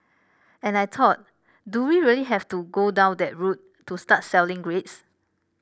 and I thought do we really have to go down that route to start selling grades